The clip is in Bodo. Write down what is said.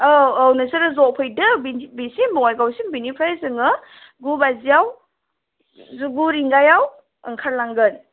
औ औ नोंसोरो ज फैदो बेनि बेसिम बङाइगावसिम बेनिफ्राय जोङो गु बाजियाव गु रिंगायाव ओंखारलांगोन